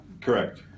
Correct